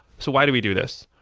so why do we do this?